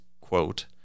quote